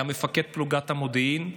היה מפקד פלוגת המודיעין.